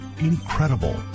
incredible